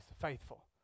faithful